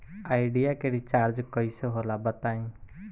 Idea के recharge कइसे होला बताई?